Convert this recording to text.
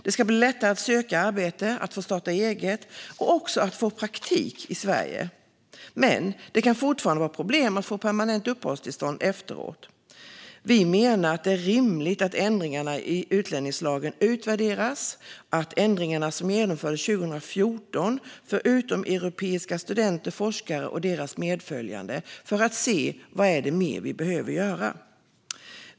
Det ska bli lättare att söka arbete, starta eget och att få praktik i Sverige. Det kan dock fortfarande vara problem att få permanent uppehållstillstånd efteråt. Vi menar att det är rimligt att ändringarna i utlänningslagen utvärderas - de ändringar som genomfördes 2014 för utomeuropeiska studenter, forskare och deras medföljande - för att man ska se vad mer som behöver göras.